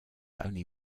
only